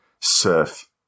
surf